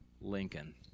Lincoln